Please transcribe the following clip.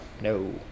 no